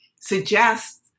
suggests